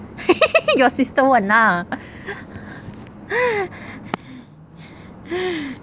your sister [one] lah